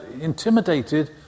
intimidated